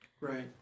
Right